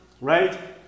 Right